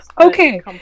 okay